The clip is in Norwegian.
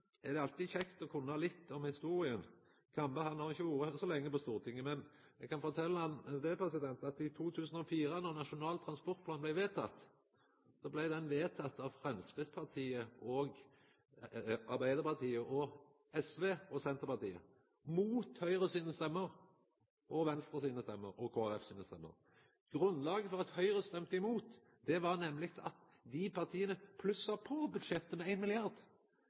lenge på Stortinget, men eg kan fortelja han at i 2004, då Nasjonal transportplan blei vedteken, så blei han vedteken av Framstegspartiet, Arbeidarpartiet, SV og Senterpartiet, mot Høgre, Venstre og Kristeleg Folkeparti sine stemmer. Grunnen til at Høgre stemde imot var at desse partia plussa på budsjettet med 1 mrd. kr. Det kalla Høgre for ein